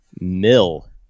Mill